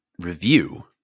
review